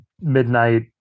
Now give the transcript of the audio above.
midnight